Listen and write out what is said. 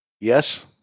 Yes